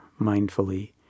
mindfully